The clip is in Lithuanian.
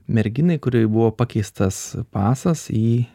merginai kuriai buvo pakeistas pasas jį